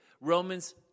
Romans